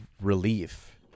relief